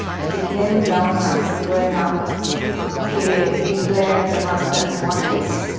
she came down after going up she declared, the masters want this.